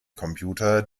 computer